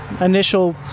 initial